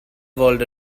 world